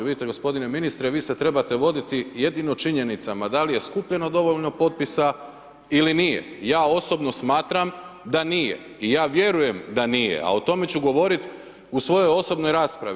Vidite g. ministre, vi se trebate voditi, jedino činjenicama, da li je skupljeno dovoljno potpisa ili nije, ja osobno smatram da nije i ja vjerujem da nije, a o tome ću govoriti u svojoj osobnoj raspravi.